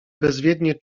bezwiednie